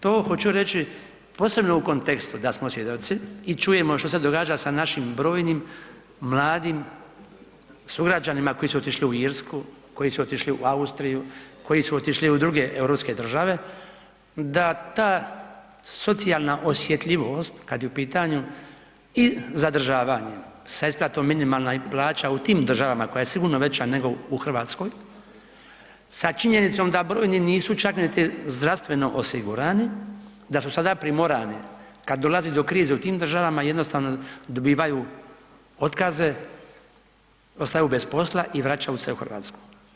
To hoću reći posebno u kontekstu da smo svjedoci i čujemo što se događa sa našim brojnim mladima sugrađanima koji su otišli u Irsku, koji su otišli u Austriju, koji su otišli u druge europske države, da ta socijalna osjetljivost kad je u pitanju i zadržavanje sa isplatom i minimalna plaća u tim državama koja je sigurno veća nego u Hrvatskoj, sa činjenicom da brojni nisu čak niti zdravstveno osigurani, da su sada primorani kada dolazi do krize u tim država, jednostavno dobivaju otkaze, ostaju bez posla i vraćaju se u Hrvatsku.